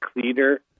Cleaner